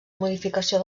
modificació